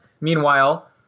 meanwhile